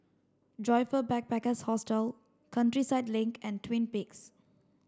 Joyfor Backpackers' Hostel Countryside Link and Twin Peaks